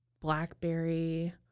blackberry